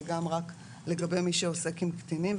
ורק לגבי מי שעוסק עם קטינים.